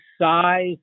size